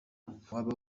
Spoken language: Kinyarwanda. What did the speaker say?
waba